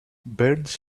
birds